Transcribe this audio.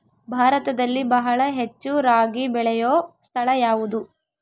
ಭಾರತದಲ್ಲಿ ಬಹಳ ಹೆಚ್ಚು ರಾಗಿ ಬೆಳೆಯೋ ಸ್ಥಳ ಯಾವುದು?